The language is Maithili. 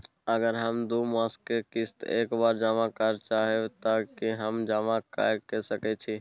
अगर हम दू मास के किस्त एक बेर जमा करे चाहबे तय की हम जमा कय सके छि?